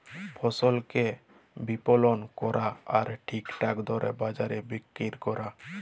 ফসলকে বিপলল ক্যরা আর ঠিকঠাক দরে বাজারে বিক্কিরি ক্যরা